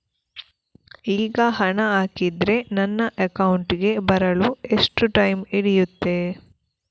ಈಗ ಹಣ ಹಾಕಿದ್ರೆ ನನ್ನ ಅಕೌಂಟಿಗೆ ಬರಲು ಎಷ್ಟು ಟೈಮ್ ಹಿಡಿಯುತ್ತೆ?